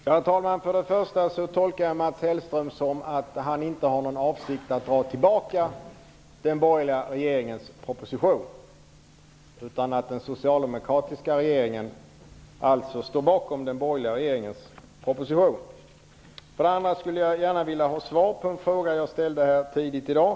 Herr talman! För det första tolkar jag Mats Hellström som att han inte har någon avsikt att dra tillbaka den borgerliga regeringens proposition. Den socialdemokratiska regeringen står alltså bakom den borgerliga regeringens proposition. För det andra vill jag gärna ha svar på en fråga jag ställde tidigare i dag.